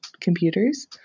computers